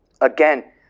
Again